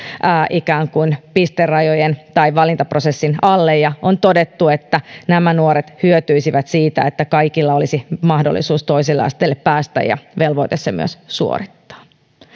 ikään kuin pisterajojen tai valintaprosessin alle ja on todettu että nämä nuoret hyötyisivät siitä että kaikilla olisi mahdollisuus toiselle asteelle päästä ja velvoite se myös suorittaa